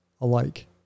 alike